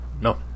No